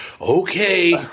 Okay